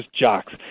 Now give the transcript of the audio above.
jocks